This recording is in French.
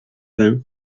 vingts